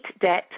debt